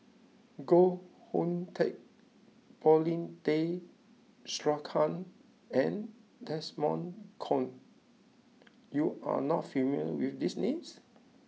Koh Hoon Teck Paulin Tay Straughan and Desmond Kon you are not familiar with these names